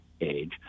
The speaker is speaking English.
age